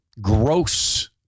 gross